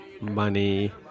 money